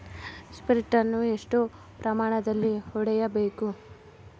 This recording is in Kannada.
ಸ್ಪ್ರಿಂಟ್ ಅನ್ನು ಎಷ್ಟು ಪ್ರಮಾಣದಲ್ಲಿ ಹೊಡೆಯಬೇಕು?